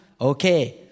Okay